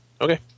Okay